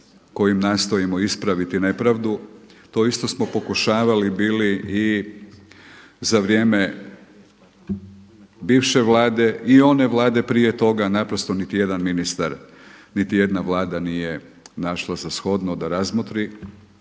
kojim nastojimo ispraviti nepravdu. To isto smo pokušavali bili i za vrijeme biše Vlade i one vlade prije toga naprosto niti jedan ministar niti jedna vlada nije našla za shodno da razmotri,